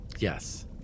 yes